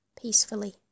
Peacefully